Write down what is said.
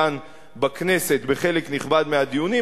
כאן בכנסת בחלק נכבד מהדיונים,